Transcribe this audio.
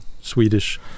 swedish